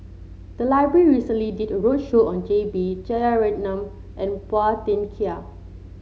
the library recently did a roadshow on J B Jeyaretnam and Phua Thin Kiay